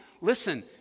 Listen